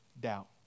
doubt